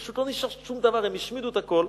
פשוט לא נשאר שום דבר, הם השמידו את הכול,